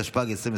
התשפ"ג 2023,